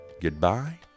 goodbye